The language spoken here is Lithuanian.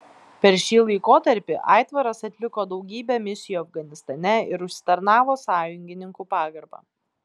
per šį laikotarpį aitvaras atliko daugybę misijų afganistane ir užsitarnavo sąjungininkų pagarbą